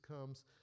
comes